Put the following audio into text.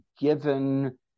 given